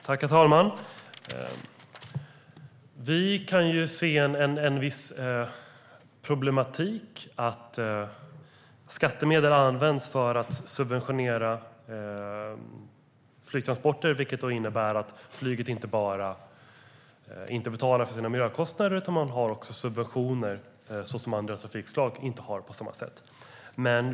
Herr talman! Vi kan se en viss problematik i att skattemedel används för att subventionera flygtransporter. Det innebär inte bara att flyget inte betalar för sina miljökostnader utan också att flyget har subventioner som andra trafikslag inte har på samma sätt.